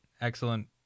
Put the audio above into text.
excellent